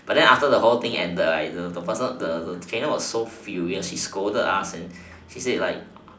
but then after the whole thing and the and the senior was so furious and scolded and she said like